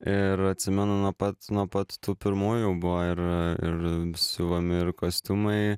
ir atsimenu nuo pat nuo pat tų pirmųjų buvo ir ir siuvami ir kostiumai